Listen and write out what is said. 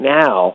now